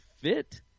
fit